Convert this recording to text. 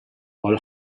all